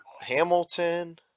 Hamilton